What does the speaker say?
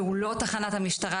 והוא לא תחנת המשטרה,